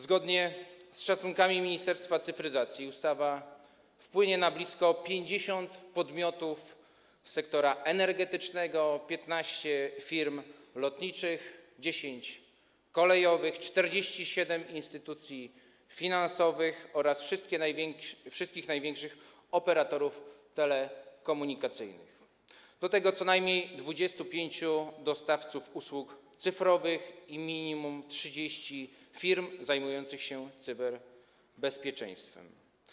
Zgodnie z szacunkami Ministerstwa Cyfryzacji ustawa wpłynie na blisko 50 podmiotów sektora energetycznego, 15 firm lotniczych, 10 kolejowych, 47 instytucji finansowych oraz na wszystkich największych operatorów telekomunikacyjnych, do tego na co najmniej 25 dostawców usług cyfrowych i minimum 30 firm zajmujących się cyberbezpieczeństwem.